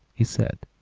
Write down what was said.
he said,